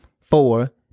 Four